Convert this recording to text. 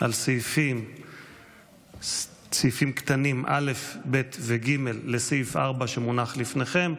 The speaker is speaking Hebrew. על סעיפים קטנים (א) (ב) ו-(ג) לסעיף 4 שמונח לפניכם,